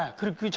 cook